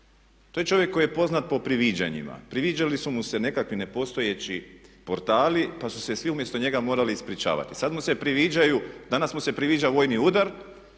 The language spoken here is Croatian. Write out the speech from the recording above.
To je čovjek koji je poznat po priviđanjima. Priviđali su mu se nekakvi nepostojeći portali, pa su se svi umjesto njega morali ispričavati. Sada mu se priviđaju,